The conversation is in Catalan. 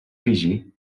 fiji